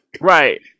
Right